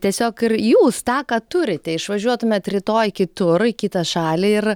tiesiog ir jūs tą ką turite išvažiuotumėt rytoj kitur į kitą šalį ir